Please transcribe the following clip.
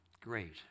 great